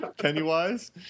Pennywise